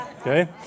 Okay